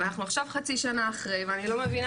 ואנחנו עכשיו חצי שנה אחרי אז אני לא מבינה